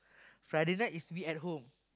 Friday night is me at home